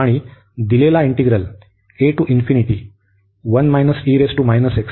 आणि दिलेला इंटिग्रल देखील कॉन्व्हर्ज